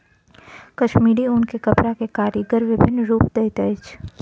कश्मीरी ऊन के कपड़ा के कारीगर विभिन्न रूप दैत अछि